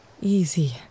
Easy